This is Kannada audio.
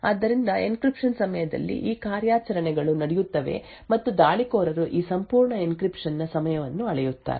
ಆದ್ದರಿಂದ ಎನ್ಕ್ರಿಪ್ಶನ್ ಸಮಯದಲ್ಲಿ ಈ ಕಾರ್ಯಾಚರಣೆಗಳು ನಡೆಯುತ್ತವೆ ಮತ್ತು ದಾಳಿಕೋರರು ಈ ಸಂಪೂರ್ಣ ಎನ್ಕ್ರಿಪ್ಶನ್ ನ ಸಮಯವನ್ನು ಅಳೆಯುತ್ತಾರೆ